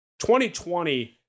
2020